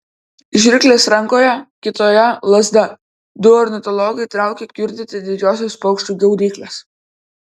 žirklės rankoje kitoje lazda du ornitologai traukia kiurdyti didžiosios paukščių gaudyklės